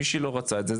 מי שלא רצה את זה,